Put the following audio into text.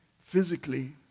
physically